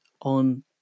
on